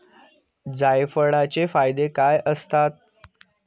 जायफळाचे फायदे काय असतात?